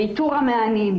באיתור המענים,